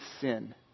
sin